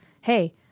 Hey